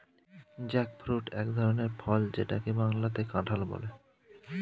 jackfruit এক ধরনের ফল যেটাকে বাংলাতে কাঁঠাল বলে